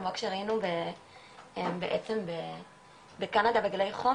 כמו שראינו בעצם בקנדה בגלי חום,